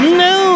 no